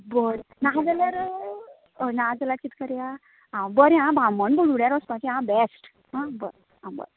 बरें ना जाल्यार हय ना जाल्या कित करया बरें आं बामण बुडबुड्यार वाचपाचे बेस्ट आं बरें आं बरें